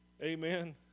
Amen